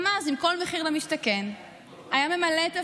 גם אז, אם כל מחיר למשתכן היה ממלא את תפקידו,